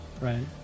right